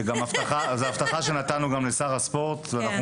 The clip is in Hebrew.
זה הבטחה שנתנו גם לשר הספורט ואנחנו